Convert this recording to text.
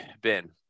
Ben